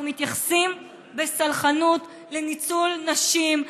אנחנו מתייחסים בסלחנות לניצול נשים,